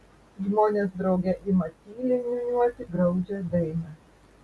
žmonės drauge ima tyliai niūniuoti graudžią dainą